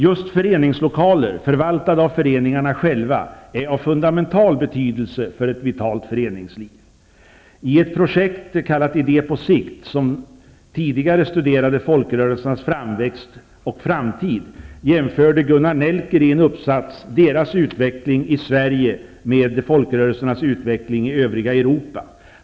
Just föreningslokaler, förvaltade av föreningarna själva, är av fundamental betydelse för ett vitalt föreningsliv. I ett projekt kallat Idé på sikt, som tidigare studerade folkrörelsernas framväxt och framtid, jämförde Gunnar Nelker i en uppsats deras utveckling i Sverige med folkrörelsernas utveckling i övriga Europa.